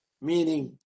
meaning